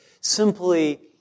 simply